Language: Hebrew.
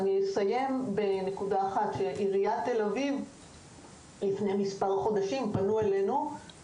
אני אסיים בנקודה אחת: לפני מספר חודשים פנו אלינו מעיריית תל אביב,